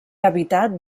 habitat